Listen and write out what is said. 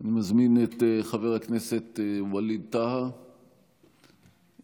אני מזמין את חבר הכנסת ווליד טאהא, איננו.